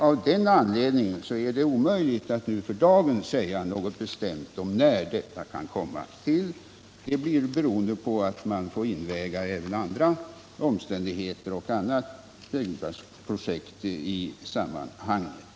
Av den anledningen är det omöjligt att för dagen säga något bestämt om när Huddinge polishus kan komma att uppföras — det blir beroende på andra projekt i sammanhanget.